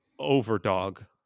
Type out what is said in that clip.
overdog